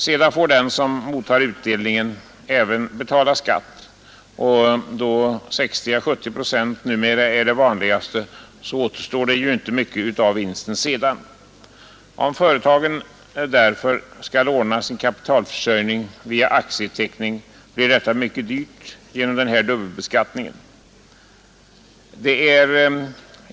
Sedan får även den som erhåller utdelningen betala skatt, och då 60 å 70 procents inkomstskatt numera är det vanligaste återstår därefter inte mycket av vinsten. Det blir på grund av denna dubbelbeskattning mycket dyrt för företagen att ordna sin kapitalförsörjning via aktieteckning.